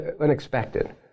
unexpected